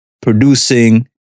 producing